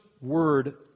word